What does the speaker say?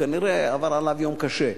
כנראה עבר עליו יום קשה,